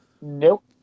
Nope